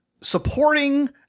supporting